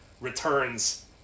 returns